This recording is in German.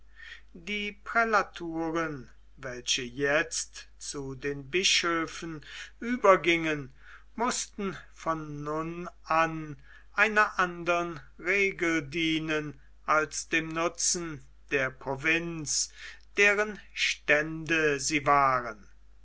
die prälaturen welche jetzt zu den bischöfen übergingen mußten von nun an einer andern regel dienen als dem nutzen der provinz deren stände sie waren